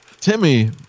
Timmy